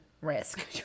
risk